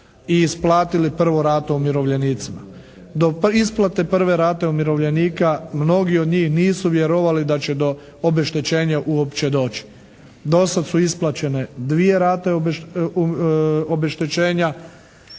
i isplatili prvu ratu umirovljenicima. Do isplate prve rate umirovljenika mnogi od njih nisu vjerovali da će do obeštećenja uopće doći. Do sad su isplaćene dvije rate obeštećenja